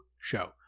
show